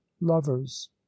lovers